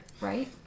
Right